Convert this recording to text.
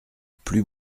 plus